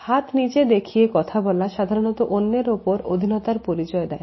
হাত নীচে দেখিয়ে কথা বলা সাধারণত অন্যের ওপর অধীনতার পরিচয় দেয়